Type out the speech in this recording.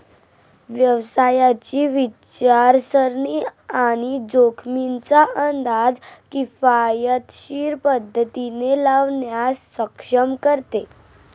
व्यवसायाची विचारसरणी आणि जोखमींचा अंदाज किफायतशीर पद्धतीने लावण्यास सक्षम करते